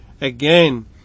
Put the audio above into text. Again